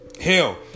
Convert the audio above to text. hell